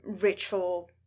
ritual